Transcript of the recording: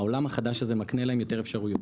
העולם החדש הזה מקנה להם יותר אפשרויות.